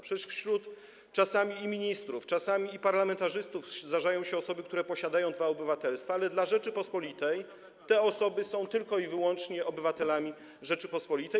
Przecież czasami wśród i ministrów, i parlamentarzystów zdarzają się osoby, które posiadają dwa obywatelstwa, ale dla Rzeczypospolitej te osoby są tylko i wyłącznie obywatelami Rzeczypospolitej.